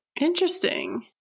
Interesting